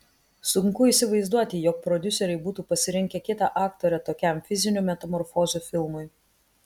sunku įsivaizduoti jog prodiuseriai būtų pasirinkę kitą aktorę tokiam fizinių metamorfozių filmui